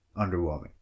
underwhelming